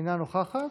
אינה נוכחת,